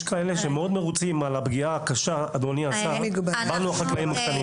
יש כאלה שמאוד מרוצים על הפגיעה הקשה בנו החקלאים הקטנים.